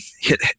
hit